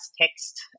text